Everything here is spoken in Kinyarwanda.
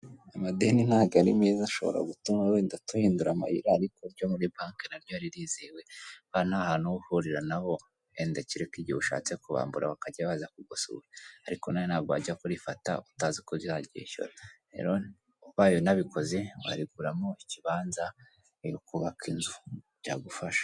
Amadeni ntabwo ari meza ashobora gutuma wenda duhindura amayira, ariko iryo muri banki na ryo ririzewe, kubera nta hantu uba uhurira na bo, wenda kereka igihe ushatse kubambura bakajya baza kugusura, ariko nawe ntabwo wajya kurifata utazi ko uzaryishyura, ubaye unabikoze wariguramo ikibanza, uri kubaka inzu, byagufasha.